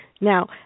Now